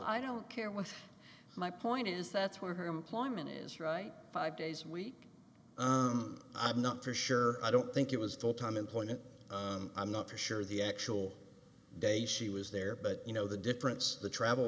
i don't care what my point is that's where her employment is right five days a week i'm not for sure i don't think it was full time employment i'm not sure the actual day she was there but you know the difference the travel